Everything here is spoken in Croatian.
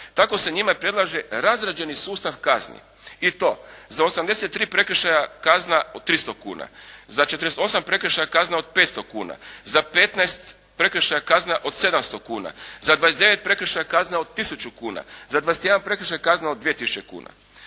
Tako se njime predlaže razrađeni sustav kazni i to za 83 prekršaja kazna 300 kuna, za 48 prekršaja kazna od 500 kuna, za 15 prekršaja kazna od 700 kuna, za 29 prekršaja kazna od 1000 kuna, za 21 prekršaj kazna od 2000 kuna.